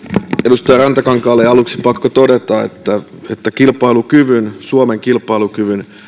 edustaja rantakankaalle on aluksi pakko todeta että että kilpailukyvyn suomen kilpailukyvyn